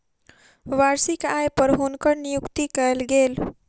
वार्षिक आय पर हुनकर नियुक्ति कयल गेल